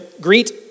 Greet